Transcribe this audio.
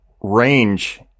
range